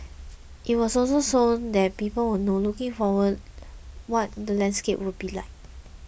it was also so that people will know looking forward what the landscape will be like